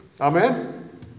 Amen